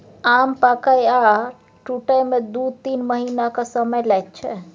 आम पाकय आ टुटय मे दु तीन महीनाक समय लैत छै